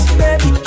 baby